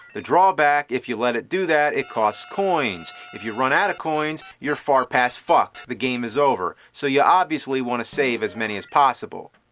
the drawback is if you let it do that, it costs coins. if you run out of coins, you are far past fucked! the game is over. so you obviously want to save as many as possible.